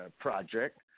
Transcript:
project